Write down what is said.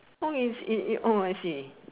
oh is it oh I see